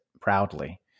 proudly